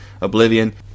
Oblivion